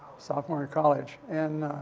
sophomore in college. and,